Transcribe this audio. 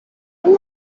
اون